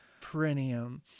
perineum